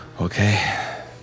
Okay